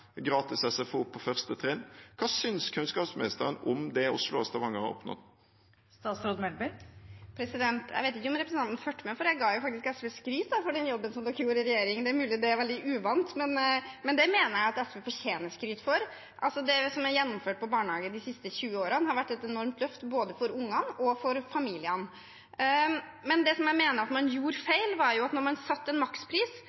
gratis SFO på første trinn. Hva synes kunnskapsministeren om det Oslo og Stavanger har oppnådd? Jeg vet ikke om representanten fulgte med, for jeg ga jo faktisk SV skryt for den jobben de gjorde i regjering. Det er mulig det er veldig uvant, men det mener jeg at SV fortjener skryt for. Det som er gjennomført på barnehagefeltet de siste 20 årene, har vært et enormt løft både for ungene og for familiene. Det jeg mener man gjorde feil, var at da man